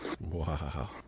Wow